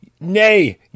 nay